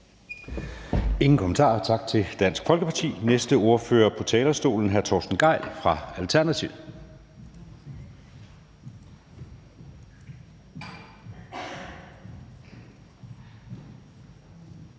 ingen korte bemærkninger. Tak til Dansk Folkeparti. Næste ordfører på talerstolen er hr. Torsten Gejl fra Alternativet.